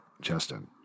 Justin